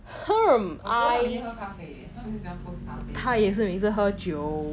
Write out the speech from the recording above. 我知道他每天喝咖啡而已 eh 她每次很喜欢 post 咖啡